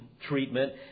treatment